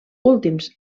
últims